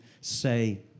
say